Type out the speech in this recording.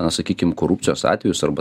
na sakykim korupcijos atvejus arba